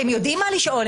הם יודעים מה לשאול.